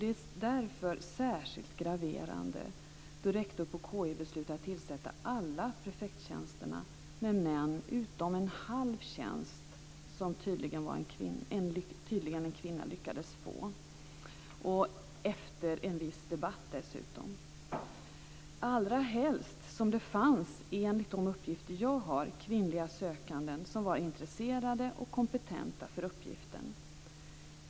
Det är därför särskilt graverande då rektor på KI beslutat tillsätta alla prefekttjänsterna med män utom en halv tjänst som tydligen en kvinna lyckades få och dessutom efter en viss debatt, allra helst som det enligt de uppgifter som jag har fanns kvinnliga sökande som var intresserade och kompetenta för uppgiften.